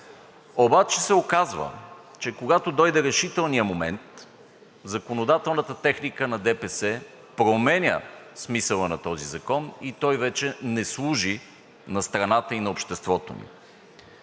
Обаче се оказва, че когато дойде решителният момент, законодателната техника на ДПС променя смисъла на този закон и той вече не служи на страната и на обществото ни.